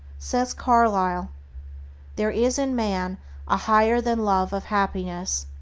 says carlyle there is in man a higher than love of happiness.